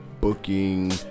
booking